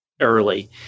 early